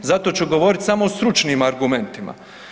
Zato ću govoriti samo o stručnim argumentima.